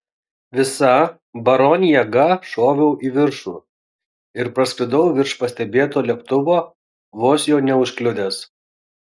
visa baron jėga šoviau į viršų ir praskridau virš pastebėto lėktuvo vos jo neužkliudęs